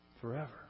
Forever